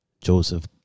Joseph